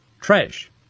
trash